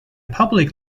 public